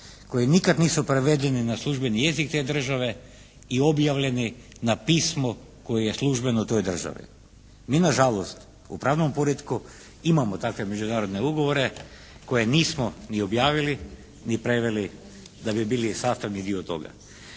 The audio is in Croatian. koji nikad nisu prevedeni na službeni jezik te države i objavljeni na pismo koje je službeno u toj državi. Mi na žalost u pravnom poretku imamo takve međunarodne ugovore koje nismo ni objavili, ni preveli da bi bili sastavni dio toga.